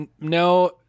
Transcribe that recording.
no